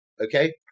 Okay